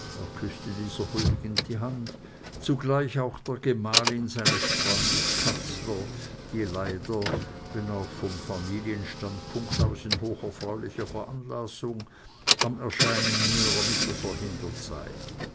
dieser huldigend die hand zugleich auch der gemahlin seines freundes katzler die leider wenn auch vom familienstandpunkt aus in hocherfreulichster veranlassung am erscheinen in ihrer mitte verhindert sei